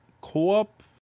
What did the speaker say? co-op